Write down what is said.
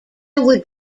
would